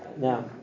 Now